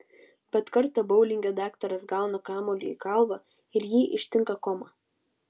bet kartą boulinge daktaras gauna kamuoliu į galvą ir jį ištinka koma